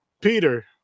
Peter